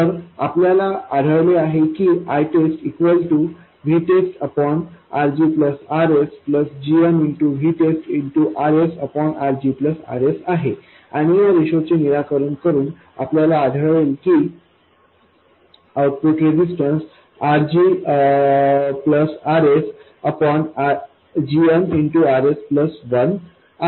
तर आपल्याला आढळले आहे की ITESTVTESTRG Rs gmVTEST Rs RG Rs आहे आणि या रेशोचे निराकरण करून आपल्याला आढळले की आउटपुट रेजिस्टन्स RG RsgmRs1 आहे